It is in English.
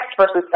versus